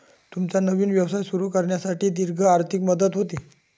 तुमचा नवीन व्यवसाय सुरू करण्यासाठी दीर्घ आर्थिक मदत होते